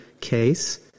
case